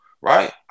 right